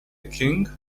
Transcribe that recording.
king